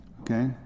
okay